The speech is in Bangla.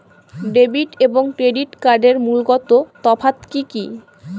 ডেবিট এবং ক্রেডিট কার্ডের মূলগত তফাত কি কী?